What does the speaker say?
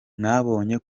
mwabonye